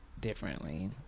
differently